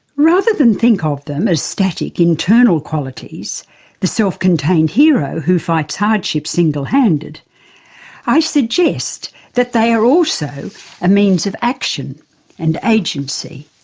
rather than think ah of them as static, internal qualities the self-contained hero who fights hardship single-handed i suggest that they are also a means of action and agency.